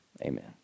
Amen